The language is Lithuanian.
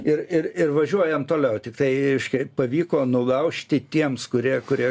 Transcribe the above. ir ir ir važiuojam toliau tiktai reiškia pavyko nulaužti tiems kurie kurie